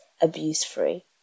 abuse-free